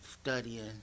studying